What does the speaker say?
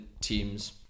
teams